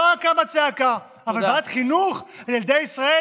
לא קמה צעקה, אבל ועדת חינוך על ילדי ישראל?